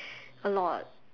a lot